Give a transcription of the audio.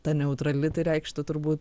ta neutrali tai reikštų turbūt